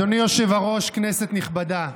אדוני היושב-ראש, כנסת נכבדה,